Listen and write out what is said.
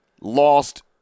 lost